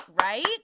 Right